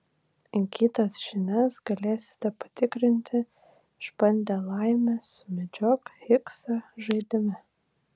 įgytas žinias galėsite patikrinti išbandę laimę sumedžiok higsą žaidime